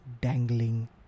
dangling